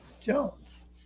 Jones